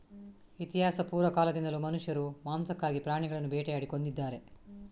ಇತಿಹಾಸಪೂರ್ವ ಕಾಲದಿಂದಲೂ ಮನುಷ್ಯರು ಮಾಂಸಕ್ಕಾಗಿ ಪ್ರಾಣಿಗಳನ್ನು ಬೇಟೆಯಾಡಿ ಕೊಂದಿದ್ದಾರೆ